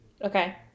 Okay